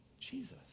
Jesus